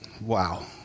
Wow